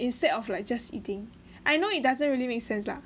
instead of like just eating I know it doesn't really make sense lah